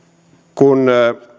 kun